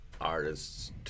artist's